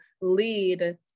lead